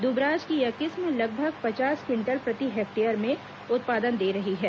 दुबराज की यह किस्म लगभग पचास क्विंटल प्रति हेक्टेयर में उत्पादन दे रही है